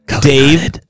Dave